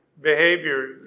behavior